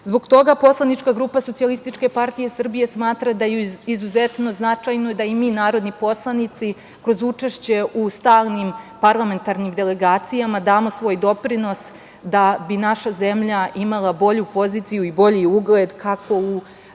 toga poslanička grupa Socijalističke partije Srbije smatra da je izuzetno značajno i da i mi narodni poslanici kroz učešće u stalnim parlamentarnim delegacijama damo svoj doprinos da bi naša zemlja imala bolju poziciju i bolji ugled, kako u